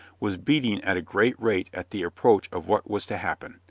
was beating at a great rate at the approach of what was to happen.